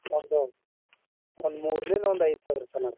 ಒಂದು ಒಂದು ಮೂರರಿಂದ ಒಂದು ಐದು ಸಾವಿರ ತನಕ ರೀ